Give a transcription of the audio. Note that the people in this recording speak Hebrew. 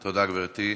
תודה, גברתי.